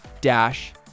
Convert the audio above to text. dash